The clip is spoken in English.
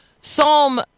Psalm